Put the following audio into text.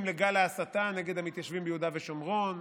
לגל ההסתה נגד המתיישבים ביהודה ושומרון,